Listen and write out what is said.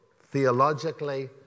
theologically